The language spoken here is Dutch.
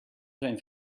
zijn